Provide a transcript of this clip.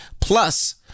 plus